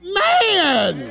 man